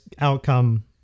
outcome